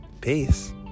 peace